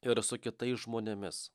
ir su kitais žmonėmis